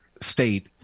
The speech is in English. state